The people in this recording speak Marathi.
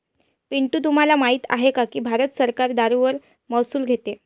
पिंटू तुम्हाला माहित आहे की भारत सरकार दारूवर महसूल घेते